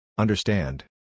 Understand